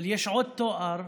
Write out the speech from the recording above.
אבל יש עוד תואר: